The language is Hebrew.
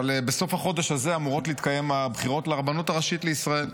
אבל בסוף החודש הזה אמורות להתקיים הבחירות לרבנות הראשית לישראל.